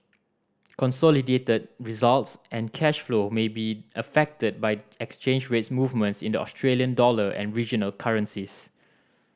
consolidated results and cash flow may be affected by exchange rate movements in the Australian dollar and regional currencies